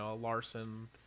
Larson